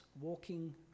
walking